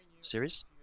series